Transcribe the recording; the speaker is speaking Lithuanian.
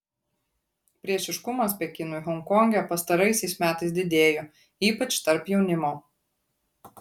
priešiškumas pekinui honkonge pastaraisiais metais didėjo ypač tarp jaunimo